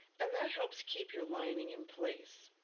and that helps keep your lining in place.